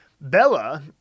Bella